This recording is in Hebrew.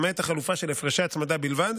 למעט החלופה של הפרשי הצמדה בלבד,